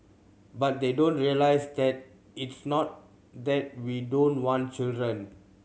but they don't realise that it's not that we don't want children